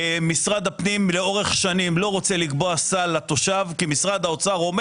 משרד הפנים לאורך שנים לא רוצה לקבוע סל לתושב --- משרד האוצר.